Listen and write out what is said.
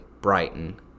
Brighton